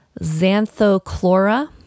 Xanthochlora